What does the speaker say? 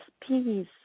peace